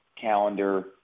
calendar